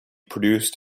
produced